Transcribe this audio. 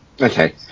Okay